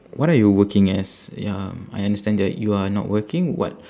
what are you working as ya I understand that you are not working what